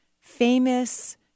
famous